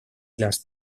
las